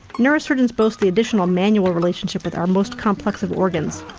neurosurgeons boast the additional manual relationship with our most complex of organs.